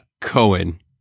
Cohen